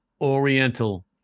Oriental